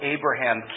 Abraham